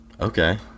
Okay